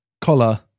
Collar